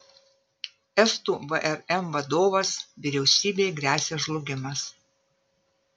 estų vrm vadovas vyriausybei gresia žlugimas